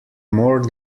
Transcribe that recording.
more